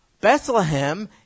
Bethlehem